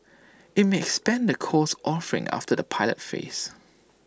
IT may expand the course offerings after the pilot phase